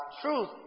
truth